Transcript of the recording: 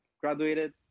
graduated